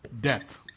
death